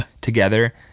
together